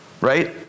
right